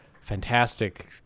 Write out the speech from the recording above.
fantastic